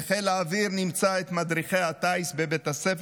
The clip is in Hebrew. בחיל האוויר נמצא את מדריכי הטיס בבית הספר